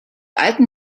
alten